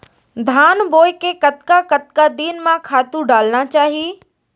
धान बोए के कतका कतका दिन म खातू डालना चाही?